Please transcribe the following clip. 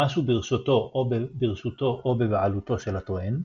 משהו ברשותו או בבעלותו של הטוען.